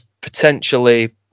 potentially